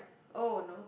oh no